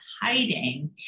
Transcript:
hiding